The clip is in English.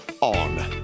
on